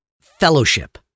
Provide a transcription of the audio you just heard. fellowship